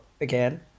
again